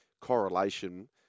correlation